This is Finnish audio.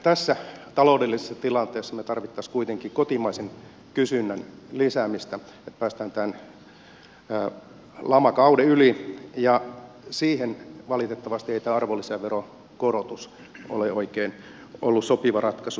tässä taloudellisessa tilanteessa me tarvitsisimme kuitenkin kotimaisen kysynnän lisäämistä että päästään tämän lamakauden yli ja siihen valitettavasti ei tämä arvonlisäveron korotus ole oikein ollut sopiva ratkaisu